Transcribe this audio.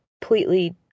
completely